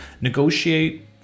negotiate